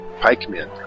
Pikemen